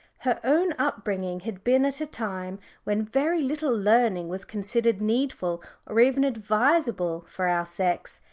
her own upbringing had been at a time when very little learning was considered needful or even advisable for our sex.